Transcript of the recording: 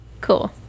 Cool